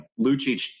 lucic